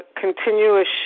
continuous